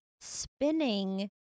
spinning